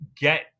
get